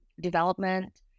development